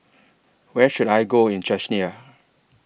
Where should I Go in Czechia